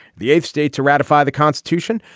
the eighth state to ratify the constitution.